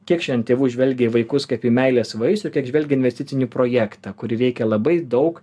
kiek šian tėvų žvelgia į vaikus kaip į meilės vaisių ir kiek žvelgia investicinį projektą kurį reikia labai daug